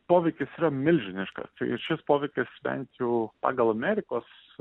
poveikis yra milžiniškas ir šis poveikis bent jau pagal amerikos